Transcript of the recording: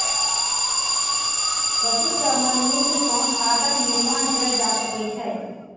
पशु के मलमूत्र सॅ खादक निर्माण कयल जा सकै छै